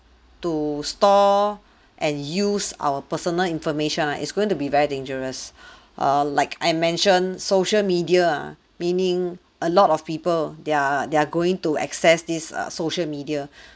to store and use our personal information ah is going to be very dangerous err like I mention social media ah meaning a lot of people they're they're going to access this uh social media